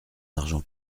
argent